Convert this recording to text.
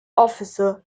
officer